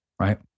right